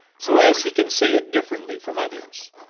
so as he can say it differently from others.